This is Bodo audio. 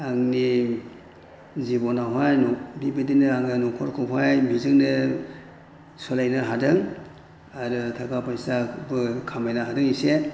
आंनि जिबनावहाय बेबायदिनो आङो न'खरखौहाय बेजोंनो सालायनो हादों आरो थाखा फैसाबो खामायनो हादों इसे